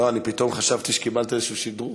פתאום חשבתי שקיבלת איזה שדרוג.